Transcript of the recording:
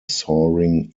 soaring